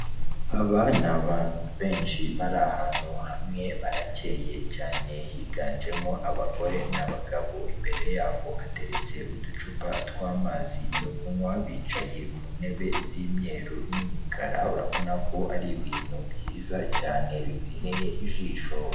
Aba ni abantu benshi bari ahantu hamwe, barakeye cyane, higanjemo abagore n'abagabo, imbere yabo hateretse uducupa tw'amazi yo kunywa, bicaye ku ntebe z'imyeru n'imikara, urabona ko ari ibintu byiza cyane, bibereye ijisho.